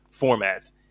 formats